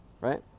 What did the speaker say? right